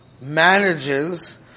manages